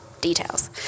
details